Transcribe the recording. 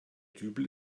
dübel